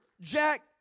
Jack